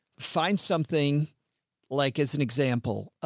find something like, as an example,